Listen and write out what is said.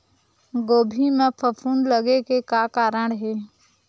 गोभी म फफूंद लगे के का कारण हे?